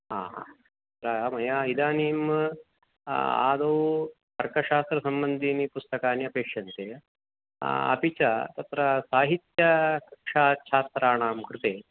आ हा तत्र मया इदानीम् आदौ तर्कशास्त्रसम्बन्धीनि पुस्तकानि अपेक्षन्ते अपि च तत्र साहित्यकक्ष्याछात्राणां कृते